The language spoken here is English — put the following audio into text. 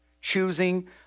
choosing